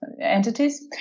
entities